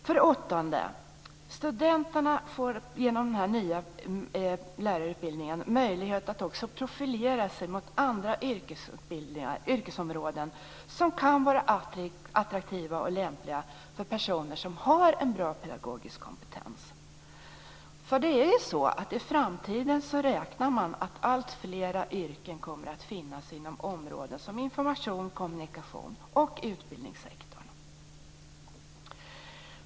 För det åttonde: Studenterna får genom den här nya lärarutbildningen möjlighet att också profilera sig mot andra yrkesområden som kan vara attraktiva och lämpliga för personer som har en bra pedagogisk kompetens. Man räknar ju med att alltfler yrken i framtiden kommer att finnas inom områdena information och kommunikation och inom utbildningssektorn.